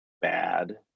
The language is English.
bad